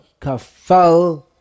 kafal